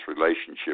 relationship